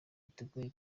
kitugora